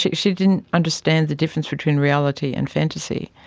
she she didn't understand the difference between reality and fantasy.